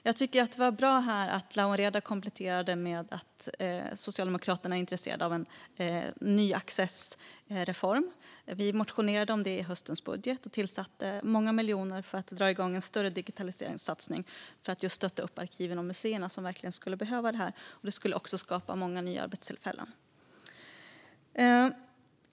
Jag tycker att det var bra att Lawen Redar här kompletterade med att Socialdemokraterna är intresserade av en ny accessreform. Vi motionerade om det i höstens budget. Vi tillsatte många miljoner till en större digitaliseringssatsning för att stötta arkiven och museerna som verkligen skulle behöva det. Det skulle också skapa många nya arbetstillfällen.